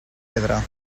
pedra